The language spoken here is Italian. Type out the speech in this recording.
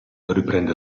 riprende